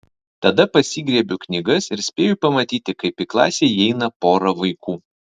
tada pasigriebiu knygas ir spėju pamatyti kaip į klasę įeina pora vaikų